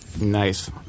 Nice